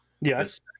yes